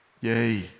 Yay